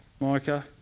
Micah